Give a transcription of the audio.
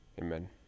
Amen